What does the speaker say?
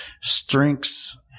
strengths